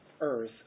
earth